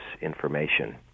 information